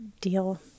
deal